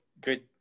good